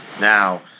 Now